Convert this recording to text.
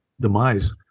Demise